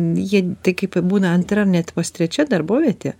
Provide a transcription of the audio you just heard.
jie tai kaip būna antra net vos trečia darbovietė